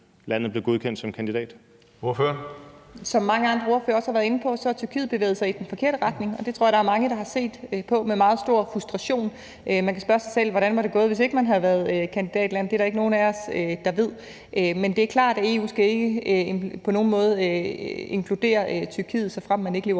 Mette Abildgaard (KF): Som mange andre ordførere også har været inde på, har Tyrkiet bevæget sig i den forkerte retning, og det tror jeg der er mange der har set på med meget stor frustration. Man kan spørge sig selv, hvordan det var gået, hvis ikke man havde været kandidatland. Det er der ikke nogen af os der ved. Men det er klart, at EU ikke på nogen måde skal inkludere Tyrkiet, såfremt man ikke